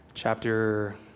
Chapter